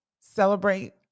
celebrate